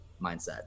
mindset